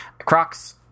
Crocs